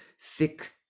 thick